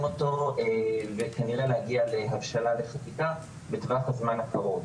אותו וכנראה להגיע להבשלה לחקיקה בטווח הזמן הקרוב.